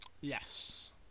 Yes